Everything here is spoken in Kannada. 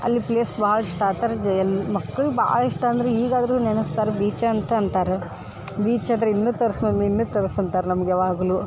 ಅಲ್ಲಿ ಪ್ಲೇಸ್ ಭಾಳ ಇಷ್ಟ ಮಕ್ಳಿಗೆ ಭಾಳ ಇಷ್ಟ ಅಂದ್ರೆ ಈಗ ಆದರೂ ನೆನೆಸ್ತಾರೆ ರೀ ಬೀಚ ಅಂತ ಅಂತಾರೆ ಬೀಚ್ ಅಂದ್ರೆ ಇನ್ನೂ ತೋರ್ಸು ಮಮ್ಮಿ ಇನ್ನೂ ತೋರ್ಸು ಅಂತಾರೆ ನಮ್ಗೆ ಯಾವಾಗಲೂ